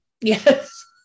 Yes